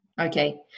Okay